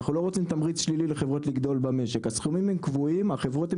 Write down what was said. אנחנו לא רוצים תמריץ שלילי לחברות לגדול במשק.